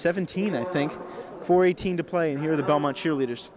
seventeen i think for eighteen to play here the belmont cheerleaders